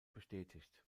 bestätigt